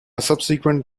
subsequent